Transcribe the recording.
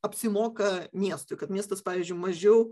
apsimoka miestui kad miestas pavyzdžiui mažiau